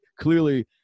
clearly